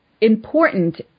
important